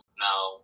Now